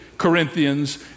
Corinthians